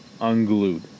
unglued